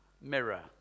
mirror